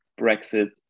Brexit